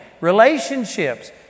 relationships